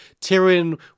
Tyrion